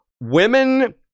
Women